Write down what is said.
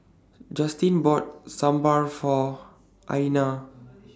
Justin bought Sambar For Aiyana